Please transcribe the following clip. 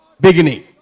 Beginning